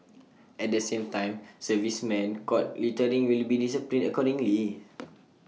at the same time servicemen caught littering will be disciplined accordingly